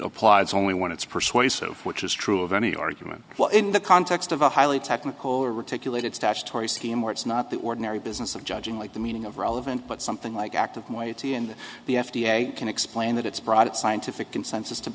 applies only when it's persuasive which is true of any argument well in the context of a highly technical or ridiculous statutory scheme where it's not the ordinary business of judging like the meaning of relevant but something like act of my duty and the f d a can explain that it's broad scientific consensus to